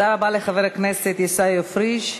תודה רבה לחבר הכנסת עיסאווי פריג'.